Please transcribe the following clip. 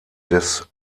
des